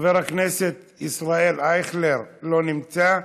חבר הכנסת ישראל אייכלר, לא נמצא.